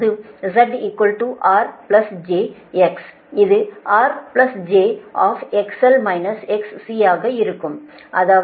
இது R j XL -XC ஆக இருக்கும் இதுதான் விஷயம்